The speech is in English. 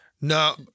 No